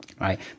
right